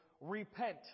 repent